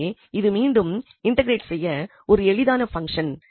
எனவே இது மீண்டும் இன்டெக்ரேட் செய்ய ஒரு எளிதான பங்சன்